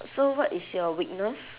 so what is your weakness